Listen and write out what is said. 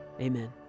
Amen